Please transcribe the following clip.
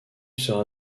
sera